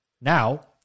Now